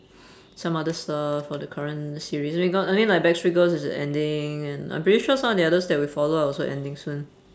some other stuff or the current series we got I mean like backstreet girls is ending and I'm pretty sure some of the others that we follow are also ending soon